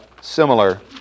similar